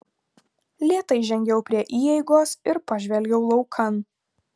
lėtai žengiau prie įeigos ir pažvelgiau laukan